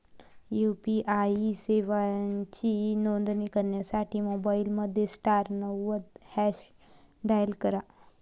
UPI सेवांची नोंदणी करण्यासाठी मोबाईलमध्ये स्टार नव्वद हॅच डायल करा